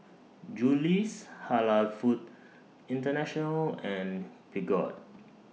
Julie's Halal Foods International and Peugeot